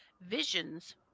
visions